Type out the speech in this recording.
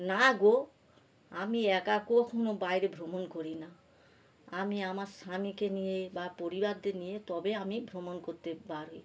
না গো আমি একা কখনও বাইরে ভ্রমণ করি না আমি আমার স্বামীকে নিয়ে বা পরিবারদের নিয়ে তবে আমি ভ্রমণ করতে বার হই